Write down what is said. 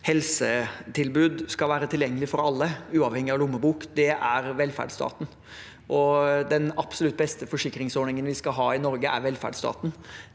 helsetilbud skal være tilgjengelig for alle, uavhengig av lommebok. Det er velferdsstaten. Den absolutt beste forsikringsordningen vi skal ha i Norge, er velferdsstaten.